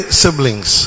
siblings